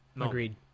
Agreed